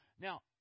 Now